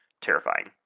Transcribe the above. terrifying